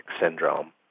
syndrome